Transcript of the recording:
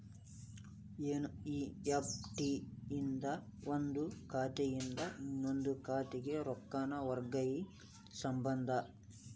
NEFT ಇಂದ ಒಂದ್ ಖಾತೆಯಿಂದ ಇನ್ನೊಂದ್ ಖಾತೆಗ ರೊಕ್ಕಾನ ವರ್ಗಾಯಿಸಬೋದು